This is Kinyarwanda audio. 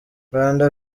rwanda